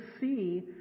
see